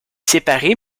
séparé